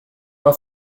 war